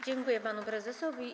Dziękuję panu prezesowi.